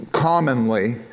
commonly